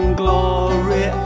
glory